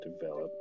develop